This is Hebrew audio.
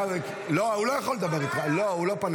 אתה לא מכיר את